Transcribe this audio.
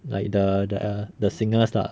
like the the singers lah